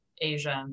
Asia